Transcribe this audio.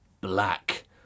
Black